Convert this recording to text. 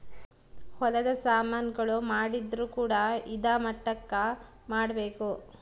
ಹೊಲದ ಸಾಮನ್ ಗಳು ಮಾಡಿದ್ರು ಕೂಡ ಇದಾ ಮಟ್ಟಕ್ ಮಾಡ್ಬೇಕು